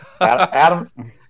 Adam